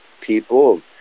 people